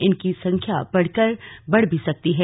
इनकी संख्या बढ़ भी सकती है